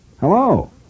Hello